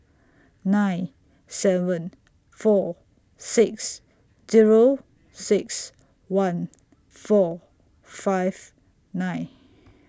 nine seven four six Zero six one four five nine